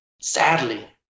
sadly